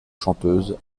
chanteuse